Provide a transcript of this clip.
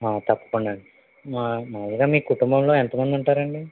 తప్పకుండా అండి మా మాములుగా మీ కుటుంబంలో ఎంత మంది ఉంటారండి